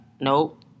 nope